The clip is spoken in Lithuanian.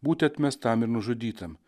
būti atmestam ir nužudytam